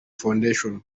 foundation